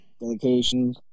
dedication